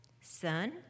Son